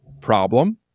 problem